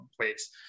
place